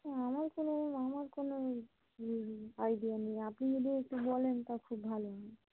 হ্যাঁ আমার কোনো আমার কোনো ইয়ে আইডিয়া নেই আপনি যদি একটু বলেন তো খুব ভালো হয়